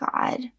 God